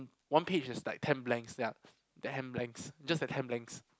one page is like ten blanks ya ten blanks just that ten blanks